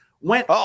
went